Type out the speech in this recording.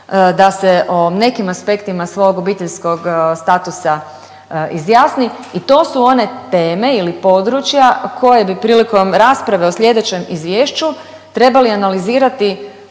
da se o nekim aspektima svog obiteljskog statusa izjasni i to su one teme ili područja koje bi prilikom rasprave o slijedećem izvješću trebali analizirati